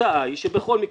התוצאה היא שבכל מקרה,